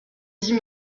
dit